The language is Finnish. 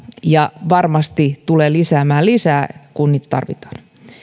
ja varmasti tulee lisäämään niitä kun tarvitaan